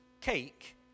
cake